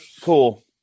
cool